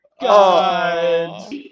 God